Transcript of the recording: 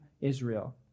Israel